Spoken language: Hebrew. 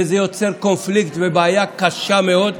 וזה יוצר קונפליקט ובעיה קשה מאוד.